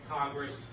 Congress